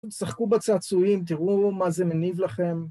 שחקו בצעצועים, תראו מה זה מניב לכם.